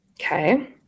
Okay